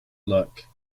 luck